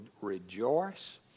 rejoice